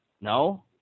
No